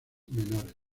menores